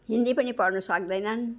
हिन्दी पनि पढ्नु सक्दैनन्